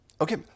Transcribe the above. Okay